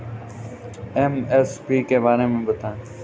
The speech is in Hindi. एम.एस.पी के बारे में बतायें?